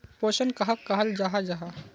पोषण कहाक कहाल जाहा जाहा?